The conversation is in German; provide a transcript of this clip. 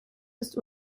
ist